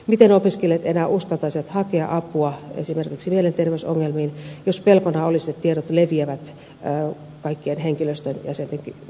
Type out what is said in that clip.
miten opiskelijat enää uskaltaisivat hakea apua esimerkiksi mielenterveysongelmiin jos pelkona olisi että tiedot leviävät kaikkien henkilöstön jäsenten käsiin